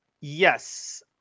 Yes